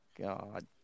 god